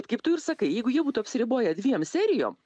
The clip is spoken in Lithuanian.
kaip tu ir sakai jeigu jie būtų apsiriboję dviem serijom